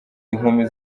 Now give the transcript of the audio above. inkumi